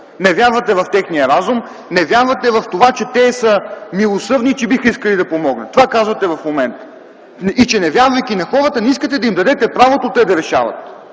не вярвате на техния разум, не вярвате в това, че те са милосърдни и че биха могли да помогнат. Това казвате в момента и че, невярвайки на хората не искате да им дадете правото те да решават.